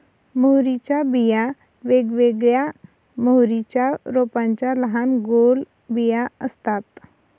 मोहरीच्या बिया वेगवेगळ्या मोहरीच्या रोपांच्या लहान गोल बिया असतात